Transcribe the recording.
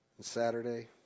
Saturday